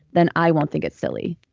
then i won't think it's silly.